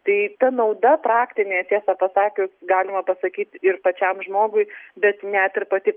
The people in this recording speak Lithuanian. tai ta nauda praktinė tiesą pasakius galima pasakyt ir pačiam žmogui bet net ir pati